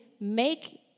make